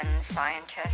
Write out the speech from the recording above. scientists